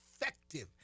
effective